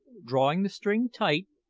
drawing the string tight,